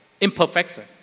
imperfection